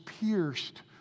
pierced